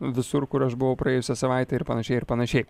visur kur aš buvau praėjusią savaitę ir panašiai ir panašiai